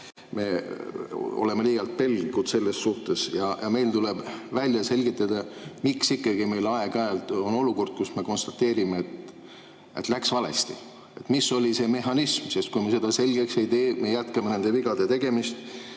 me oleme liialt pelglikud selles suhtes. Meil tuleb välja selgitada, miks ikkagi meil aeg-ajalt on olukord, kus me konstateerime, et läks valesti. Mis oli see mehhanism? Sest kui me seda selgeks ei tee, siis me jätkame nende vigade tegemist.